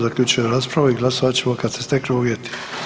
Zaključujem raspravu i glasovat ćemo kad se steknu uvjeti.